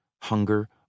hunger